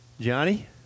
Johnny